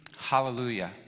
hallelujah